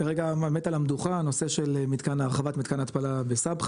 כרגע עומד על המדוכה נושא של מתן ההתפלה בסבחה